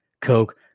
Coke